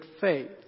faith